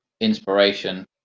inspiration